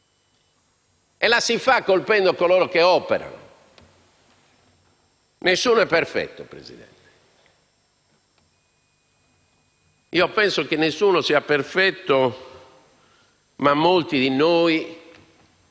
e lo si fa colpendo coloro che in essa operano. Nessuno è perfetto, Presidente. Io penso che nessuno sia perfetto, ma molti di noi